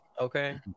Okay